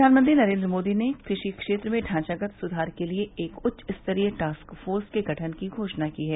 प्रधानमंत्री नरेन्द्र मोदी ने कृषि क्षेत्र में ढांचागत सुधार के लिए एक उच्चस्तरीय टास्क फोर्स के गठन की घोषणा की है